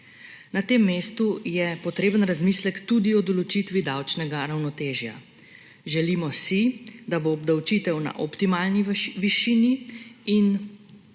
Na tem mestu je potreben razmislek tudi o določitvi davčnega ravnotežja. Želimo si, da bo obdavčitev na optimalni višini,